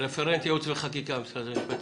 --- רפרנט ייעוץ וחקיקה, משרד המשפטים.